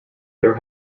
there